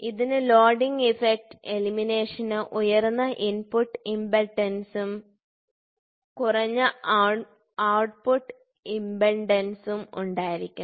ഇതിന് loading effect എലിമിനേഷന് ഉയർന്ന ഇൻപുട്ട് ഇംപെഡൻസും കുറഞ്ഞ ഔട്ട്പുട്ട് ഇംപെഡൻസും ഉണ്ടായിരിക്കണം